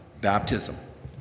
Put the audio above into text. baptism